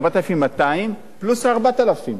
4,200 פלוס ה-4,000,